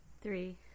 Three